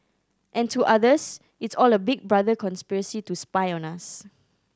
and to others it's all a Big Brother conspiracy to spy on us